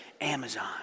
Amazon